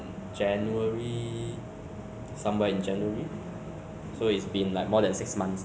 have you heard of the news that malaysia government is going to implement ah like